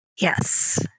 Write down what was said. Yes